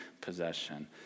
possession